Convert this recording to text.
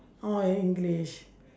orh english